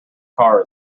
car